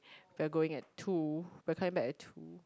we're going at two we're coming back at